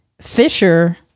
Fisher